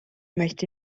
möchte